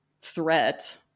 threat